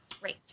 great